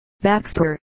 Baxter